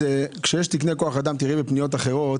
כאשר יש תקני כוח אדם תראי בפניות אחרות